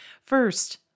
First